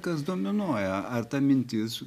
kas dominuoja ar ta mintis